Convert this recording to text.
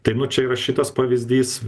tai nu čia yra šitas pavyzdys